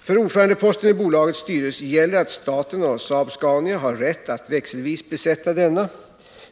För ordförandeposten i bolagets styrelse gäller att staten och Saab-Scania har rätt att växelvis besätta denna.